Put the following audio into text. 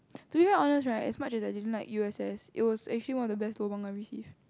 to be very honest right as much as I didn't like U_S_S it was actually one of the best lobang I received